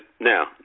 now